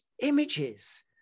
Images